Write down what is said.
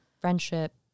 Friendship